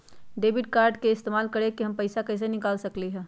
Debit card के इस्तेमाल करके हम पैईसा कईसे निकाल सकलि ह?